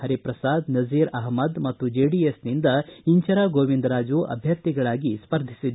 ಹರಿಪ್ರಸಾದ್ ನಸೀರ್ ಅಹ್ಣದ್ ಮತ್ತು ಜೆಡಿಎಸ್ನಿಂದ ಇಂಚರಾ ಗೋವಿಂದ ರಾಜು ಅಭ್ವರ್ಥಿಗಳಾಗಿ ಸ್ಪರ್ಧಿಸಿದ್ದರು